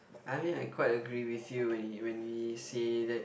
I mean I quite agree with you when you when you say that